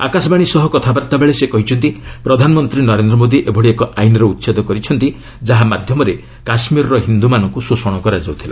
ଆକାଶବାଣୀ ସହ କଥାବାର୍ତ୍ତା ବେଳେ ସେ କହିଛନ୍ତି ପ୍ରଧାନମନ୍ତ୍ରୀ ନରେନ୍ଦ୍ର ମୋଦି ଏଭଳି ଏକ ଆଇନର ଉଚ୍ଛେଦ କରିଛନ୍ତି ଯାହା ମାଧ୍ୟମରେ କାଶ୍ମୀରର ହିନ୍ଦୁମାନଙ୍କୁ ଶୋଷଣ କରାଯାଉଥିଲା